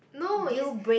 no it's